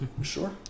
Sure